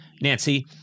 Nancy